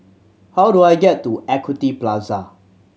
how do I get to Equity Plaza